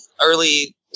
early